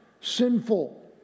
sinful